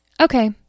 Okay